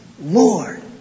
Lord